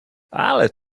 ale